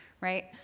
right